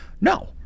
No